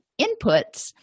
inputs